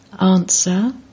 Answer